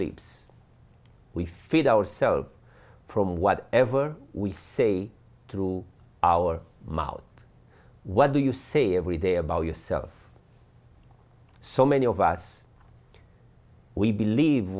lives we feed ourselves from what ever we say to our mouth what do you say every day about yourself so many of us we believe